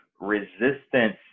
resistance